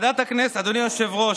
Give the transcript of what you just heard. אדוני היושב-ראש,